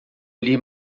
gli